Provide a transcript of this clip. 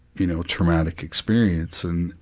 you know, traumatic experience and,